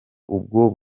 ubwo